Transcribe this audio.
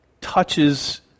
touches